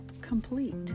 complete